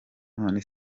none